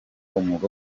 umwuga